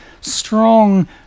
strong